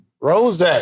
Rose